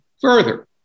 further